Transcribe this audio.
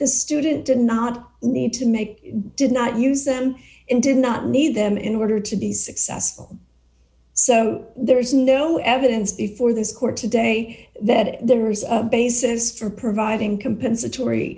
the student did not need to make did not use them in did not need them in order to be successful so there is no evidence before this court today that there is a basis for providing compensatory